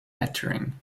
lettering